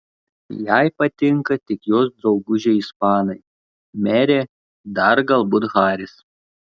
jai patinka tik jos draugužiai ispanai merė dar galbūt haris